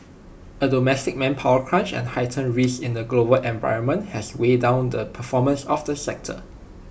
A domestic manpower crunch and heightened risks in the global environment have weighed down the performance of the sector